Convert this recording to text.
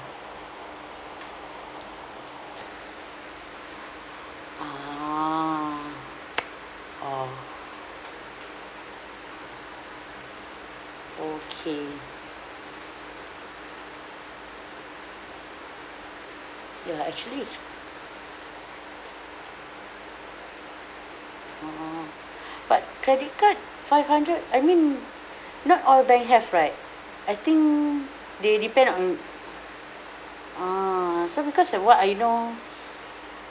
ah oh okay ya actually is oh but credit card five hundred I mean not all bank have right I think they depend on ah so because that's what I know